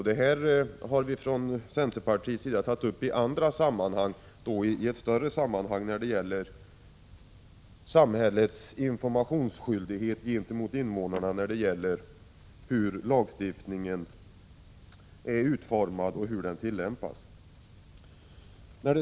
Detta har centerpartiet tagit upp i ett större sammanhang när det gäller samhällets informationsskyldighet gentemot invånarna om hur lagstiftningen är utformad och skall tillämpas.